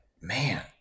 man